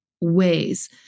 ways